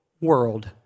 world